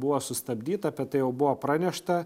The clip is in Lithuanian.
buvo sustabdyta apie tai jau buvo pranešta